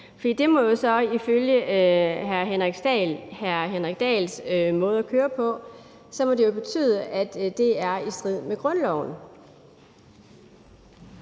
For det må jo så ifølge hr. Henrik Dahls måde at køre på betyde, at det er i strid med grundloven.